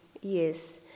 Yes